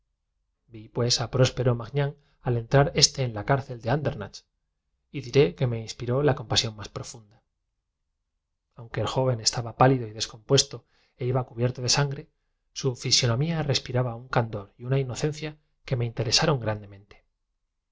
a próspero magnán al entrar éste en la cárcel de andernach bueno exclam ó oh madre oh pobre madre mía quizá en este ins y diré que me inspiró la compasión más profunda aunque el joven tante está jugando alegremente a los naipes con sus vecinas en su estaba pálido y descompuesto e iba cubierto de sangre su fi sonomía saloncito de tapices si ella supiese tan siquiera que he levantado la respiraba un candor y una inocencia que me interesaron